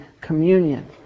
communion